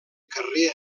carrer